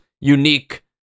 unique